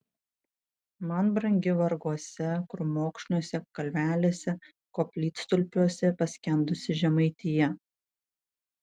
man brangi varguose krūmokšniuose kalvelėse koplytstulpiuose paskendusi žemaitija